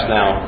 now